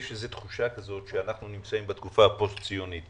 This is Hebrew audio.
יש איזו תחושה שאנחנו נמצאים בתקופה הפוסט ציונית,